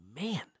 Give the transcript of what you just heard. man